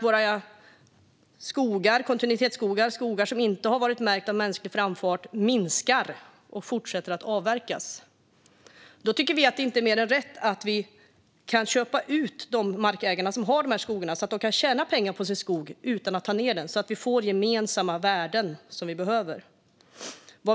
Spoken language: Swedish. Våra kontinuitetsskogar, som inte har varit märkta av mänsklig framfart, minskar och fortsätter att avverkas. Miljöpartiet tycker att det inte är mer än rätt att vi kan köpa ut de markägare som har dessa skogar, så att de kan tjäna pengar på sin skog utan att ta ned den och så att vi får gemensamma värden som vi behöver.